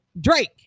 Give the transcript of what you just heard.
drake